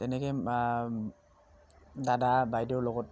তেনেকৈ দাদা বাইদেউৰ লগত